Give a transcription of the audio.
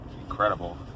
incredible